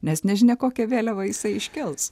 nes nežinia kokią vėliavą jisai iškels